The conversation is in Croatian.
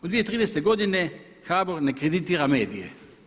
U 2013. godine HBOR ne kreditira medije.